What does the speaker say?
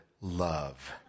love